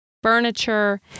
furniture